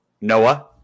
Noah